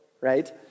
right